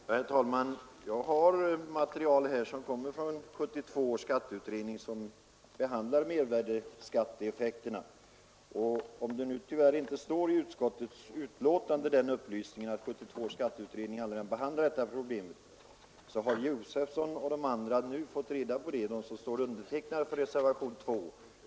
Herr talman! Jag har material här från 1972 års skatteutredning, som behandlar mervärdeskatteeffekterna. Om det inte står i utskottsbetänkandet att 1972 års skatteutredning redan behandlar detta problem har ändå herr Josefson och övriga undertecknare av reservationen 2 nu fått reda på det.